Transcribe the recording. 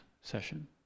session